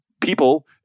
people